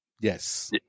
yes